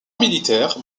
militaire